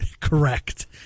Correct